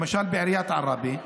למשל בעיריית עראבה,